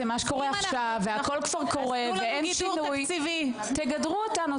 זה מה שקורה עכשיו והכול כבר קורה ואין שינוי תגדרו אותנו.